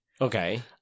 Okay